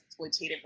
exploitative